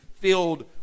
filled